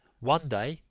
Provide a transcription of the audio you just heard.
one day,